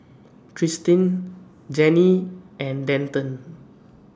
Tristin Janae and Denton